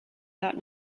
that